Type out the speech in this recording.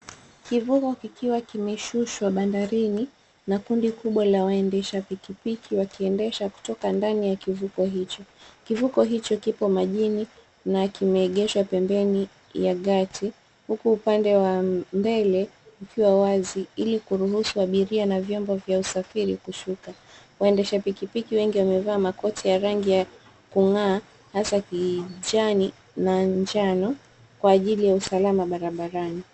Kivuko kikiwa kimeshushwa bandarini na kundi kubwa la waendesha pikipiki wakiendesha kutoka ndani ya kivuko hicho. Kivuko hicho kipo majini na kimeegeshwa pembeni ya gati huku upande wa mbele ukiwa wazi ili kuruhusu abiria na vyombo vya usafiri kushuka. Waendesha pikipiki wengi wamevaa makoti ya rangi ya kung'aa hasa kijani na njano kwa ajili ya usalama barabarani.